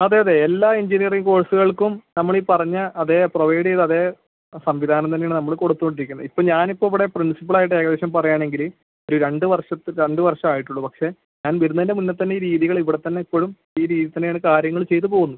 അതെ അതെ എല്ലാ എഞ്ചിനീയറിംഗ് കോഴ്സുകൾക്കും നമ്മളീ പറഞ്ഞ അതേ പ്രൊവൈഡ് ചെയ്ത അതേ സംവിധാനം തന്നെ ആണ് നമ്മൾ കൊടുത്തുകൊണ്ടിരിക്കുന്നത് ഇപ്പോൾ ഞാനിപ്പോൾ ഇവിടെ പ്രിൻസിപ്പാൾ ആയിട്ട് ഏകദേശം പറയുകയാണെങ്കിൽ ഒരു രണ്ട് രണ്ട് വർഷം ആയിട്ടുള്ളൂ പക്ഷെ ഞാൻ വരുന്നതിൻ്റെ മുന്നേത്തന്നെ ഈ രീതികൾ ഇവിടെത്തന്നെ ഇപ്പഴും ഈ രീതി തന്നെയാണ് കാര്യങ്ങൾ ചെയ്ത് പോവുന്നത്